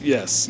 Yes